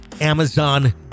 Amazon